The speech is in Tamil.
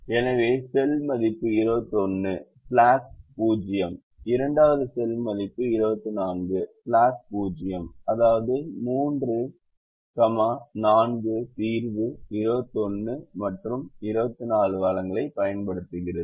எனவே செல் மதிப்பு 21 ஸ்லாக் 0 இரண்டாவது செல் மதிப்பு 24 ஸ்லாக் 0 அதாவது 3 கமா 4 தீர்வு 21 மற்றும் 24 வளங்களை பயன்படுத்துகிறது